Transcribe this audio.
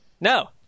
No